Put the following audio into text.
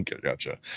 gotcha